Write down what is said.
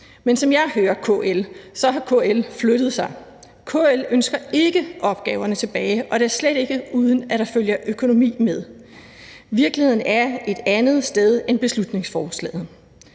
Men som jeg hører KL, har KL flyttet sig. KL ønsker ikke opgaverne tilbage, og da slet ikke uden at der følger økonomi med. Virkeligheden er et andet sted end beslutningsforslaget.